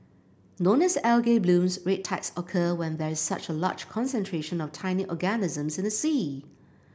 known as algae blooms red tides occur when there is such a large concentration of tiny organisms in the sea